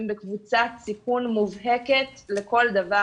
הם בקבוצת סיכון מובהקת לכל דבר.